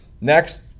Next